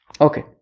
okay